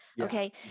Okay